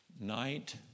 night